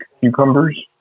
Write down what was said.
cucumbers